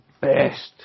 best